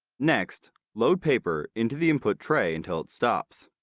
next, load paper into the input tray until it stops.